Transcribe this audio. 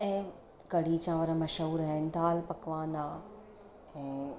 ऐं कढ़ी चांवर मशहूरु आहिनि दाल पकवान आहे ऐं